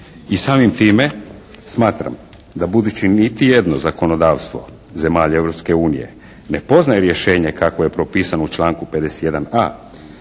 I samim time smatram da budući da niti jedno zakonodavstvo zemalja Europske unije ne poznaje rješenje kakvo je propisano u članku 51.a